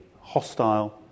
hostile